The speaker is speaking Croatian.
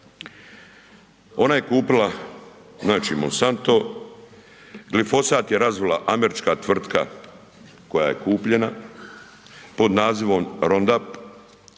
ona je kupila, znači Monsanto, glifosat je razvila američka tvrtka koja je kupljena pod nazivom „Roundup“